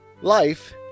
Life